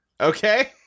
Okay